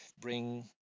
bring